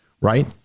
right